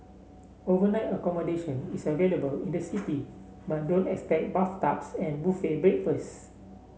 overnight accommodation is available in the city but don't expect bathtubs and buffet breakfast